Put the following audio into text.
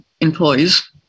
employees